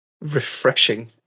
refreshing